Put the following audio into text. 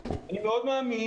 אני מאוד מאמין